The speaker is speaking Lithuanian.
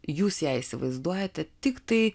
jūs ją įsivaizduojate tiktai